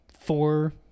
four